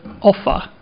offer